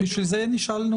בשביל זה נשאלנו.